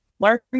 learning